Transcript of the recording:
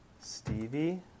Stevie